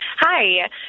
Hi